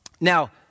Now